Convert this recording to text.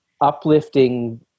uplifting